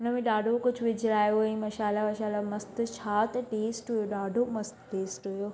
हुनमें ॾाढो कुझु विझराय हुअंई मशाला वशाला मस्तु छा त टेस्ट हुयो ॾाढो मस्तु टेस्ट हुयो